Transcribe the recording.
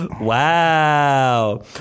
Wow